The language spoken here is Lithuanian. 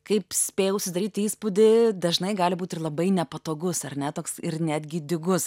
kaip spėjau susidaryti įspūdį dažnai gali būt ir labai nepatogus ar ne toks ir netgi dygus